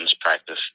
practice